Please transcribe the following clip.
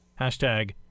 Hashtag